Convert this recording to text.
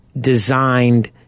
designed